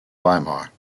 weimar